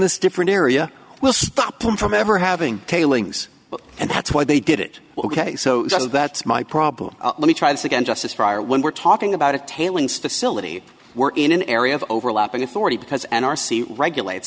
this different area will stop them from ever having tailings and that's why they did it ok so that's my problem let me try this again justice fryer when we're talking about a tailings facility we're in an area of overlapping authority because n r c regulate